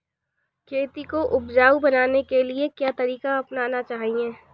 खेती को उपजाऊ बनाने के लिए क्या तरीका अपनाना चाहिए?